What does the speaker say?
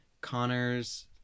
Connor's